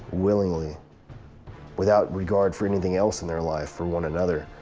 willingly without regard for anything else in their life for one another.